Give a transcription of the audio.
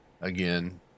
Again